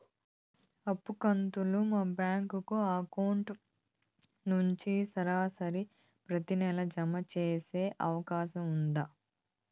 అప్పు కంతులు మా బ్యాంకు అకౌంట్ నుంచి సరాసరి ప్రతి నెల జామ సేసే అవకాశం ఉందా?